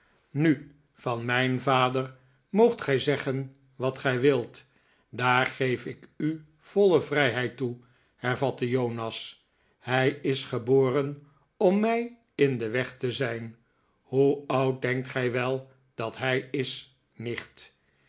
nu van mijn vader moogt gij zeggen wat gij wilt daar geef ik u voile vrijheid toe heryatte jonas hij is geboren om mij in den weg te zijn hoe oud denkt gij wel dat hij is nicht